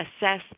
assess